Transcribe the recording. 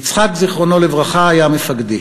יצחק, זכרו לברכה, היה מפקדי.